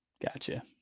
Gotcha